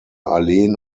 alleen